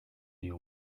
you